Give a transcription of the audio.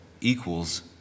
equals